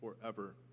forever